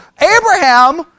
Abraham